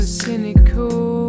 cynical